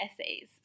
essays